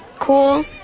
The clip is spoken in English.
cool